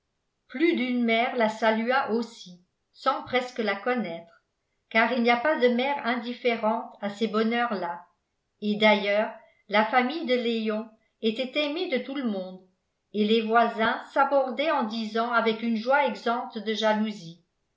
plus d'une mère la salua aussi sans presque la connaître car il n'y a pas de mère indifférente à ces bonheurs là et d'ailleurs la famille de léon était aimée de tout le monde et les voisins s'abordaient en disant avec une joie exempte de jalousie